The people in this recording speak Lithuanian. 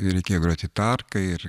i reikėjo groti tarka ir